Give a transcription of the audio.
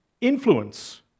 influence